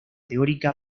teórica